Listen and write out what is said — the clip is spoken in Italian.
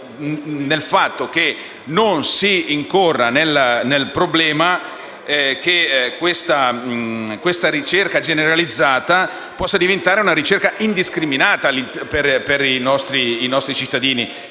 affinché non si incorra nell'eventualità che questa ricerca generalizzata possa diventare una ricerca indiscriminata sui nostri cittadini.